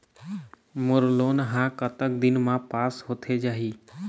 मोर loan हा कतक दिन मा पास होथे जाही?